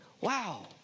Wow